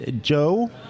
Joe